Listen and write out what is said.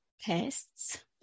tests